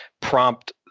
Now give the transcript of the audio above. prompt